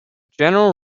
general